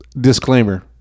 disclaimer